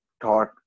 taught